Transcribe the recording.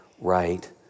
right